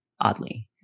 oddly